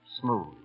smooth